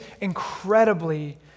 incredibly